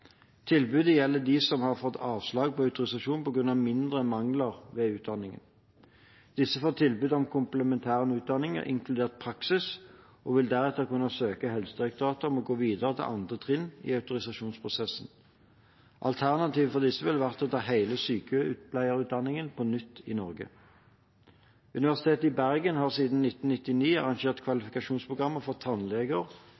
Tilbudet gjelder dem som har fått avslag på autorisasjon på grunn av mindre mangler ved utdanningen. Disse får tilbud om komplementær utdanning, inkludert praksis, og vil deretter kunne søke Helsedirektoratet om å gå videre til andre trinn i autorisasjonsprosessen. Alternativet for disse ville ha vært å ta hele sykepleierutdanningen på nytt i Norge. Universitetet i Bergen har siden 1999 arrangert